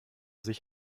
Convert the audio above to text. sich